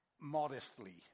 modestly